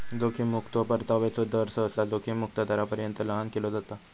जोखीम मुक्तो परताव्याचो दर, सहसा जोखीम मुक्त दरापर्यंत लहान केला जाता